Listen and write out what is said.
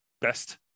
best